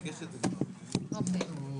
קיי.